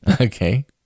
Okay